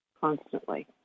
constantly